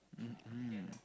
mmhmm